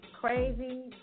crazy